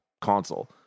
console